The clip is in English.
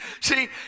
see